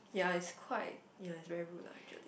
ya it's quite ya it's very rude lah actually